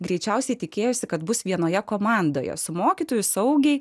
greičiausiai tikėjosi kad bus vienoje komandoje su mokytojų saugiai